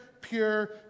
pure